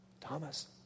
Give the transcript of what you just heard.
Thomas